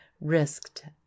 risked